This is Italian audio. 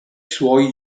suoi